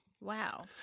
Wow